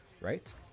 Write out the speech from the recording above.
right